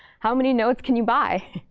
how many nodes can you buy?